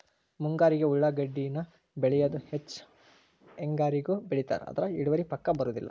ಮುಂಗಾರಿಗೆ ಉಳಾಗಡ್ಡಿನ ಬೆಳಿಯುದ ಹೆಚ್ಚ ಹೆಂಗಾರಿಗೂ ಬೆಳಿತಾರ ಆದ್ರ ಇಳುವರಿ ಪಕ್ಕಾ ಬರುದಿಲ್ಲ